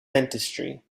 dentistry